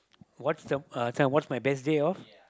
what's the uh this one what's my best day off